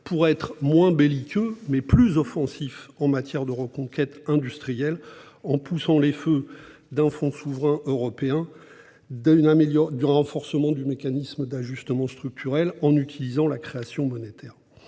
pour être moins belliqueux, mais plus offensifs en matière de reconquête industrielle, en poussant les feux d'un fonds souverain européen et d'un renforcement du mécanisme d'ajustement carbone aux frontières, ou en utilisant la création monétaire